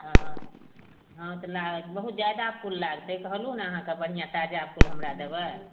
हाँ हाँ तऽ ला बहुत जादा फूल लागतय कहलहुँ ने अहाँके बढ़िआँ ताजा फूल हमरा देबय